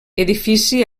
edifici